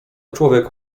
człowiek